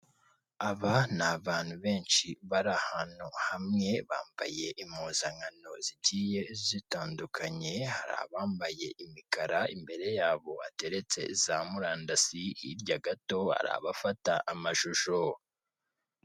Aba ni abantu benshi bari ahantu hamwe, bambaye impuzankano zigiye zitandukanye. Hari abambaye imikara imbere yabo hateretse za murandasi, hirya gato hari abafata amashusho.